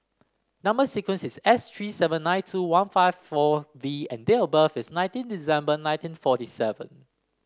number sequence is S three seven nine two one five four V and date of birth is nineteen December ninieteen forty seven